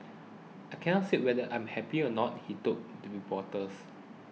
I cannot say whether I'm happy or not he told the reporters